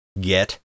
get